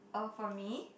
oh for me